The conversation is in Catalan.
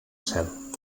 cel